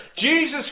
Jesus